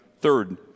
Third